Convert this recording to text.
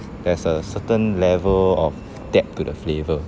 there's a certain level of depth to the flavour